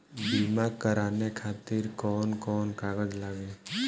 बीमा कराने खातिर कौन कौन कागज लागी?